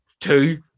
Two